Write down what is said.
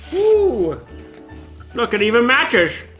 oh look. it even matches!